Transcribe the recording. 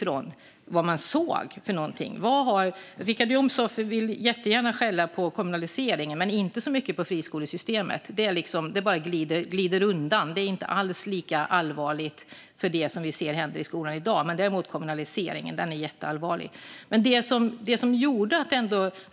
Richard Jomshof vill gärna skälla på kommunaliseringen men inte så mycket på friskolesystemet. Det bara glider undan; det är inte alls lika allvarligt för vad som händer i skolan i dag. Däremot är kommunaliseringen mycket allvarlig.